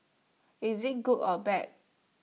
is IT good or bad